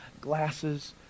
glasses